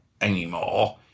anymore